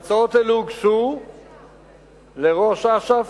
וההצעות האלה הוגשו לראש אש"ף,